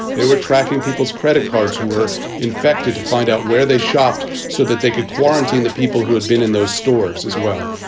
they were tracking people's credit cards who were infected to find out where they shopped so that they could quarantine the people who had been in those stores as well,